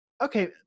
okay